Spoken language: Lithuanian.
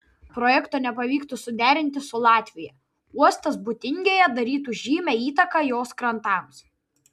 projekto nepavyktų suderinti su latvija uostas būtingėje darytų žymią įtaką jos krantams